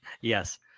Yes